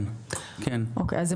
וגם אנשי המשטרה יושבים שם?